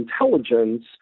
intelligence